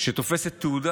שתופסת תהודה,